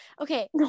Okay